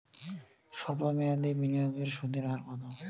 সল্প মেয়াদি বিনিয়োগে সুদের হার কত?